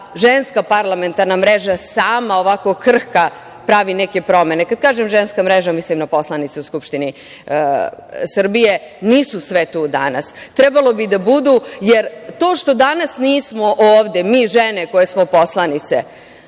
Ženska parlamentarna mreža sama, ovako krhka pravi neke promene. Kad kažem Ženska mreža mislim na poslanice u Skupštini Srbije. Nisu sve tu danas, a trebalo je da budu, jer to što danas nismo ovde, mi žene koje smo poslanice,